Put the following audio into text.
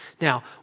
Now